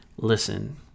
Listen